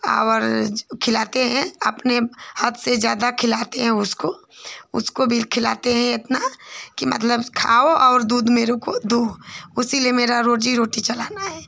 और खिलाते हैं अपने हद से ज़्यादा खिलाते हैं उसको उसको भी खिलाते हैं इतना कि मतलब खाओ और दूध मुझको दो इसीलिए मेरा रोजी रोटी चलाना है